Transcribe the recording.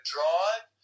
Drive